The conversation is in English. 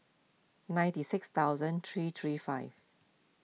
ninety six thousand three three five